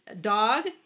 dog